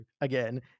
again